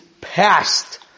past